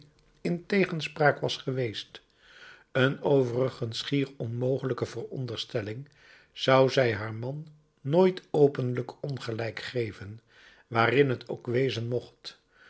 in tegenspraak was geweest een overigens schier onmogelijke veronderstelling zou zij haar man nooit openlijk ongelijk geven waarin t ook wezen mocht